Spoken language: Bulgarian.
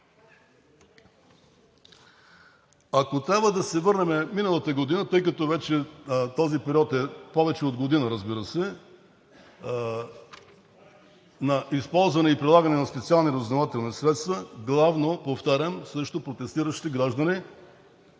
Ако трябва да се върнем миналата година, тъй като този период вече е повече от година, разбира се, на използване и прилагане на специални разузнавателни средства, повтарям, главно срещу протестиращи граждани,